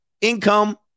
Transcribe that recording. income